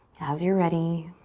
as you're ready,